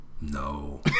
No